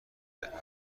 اهداف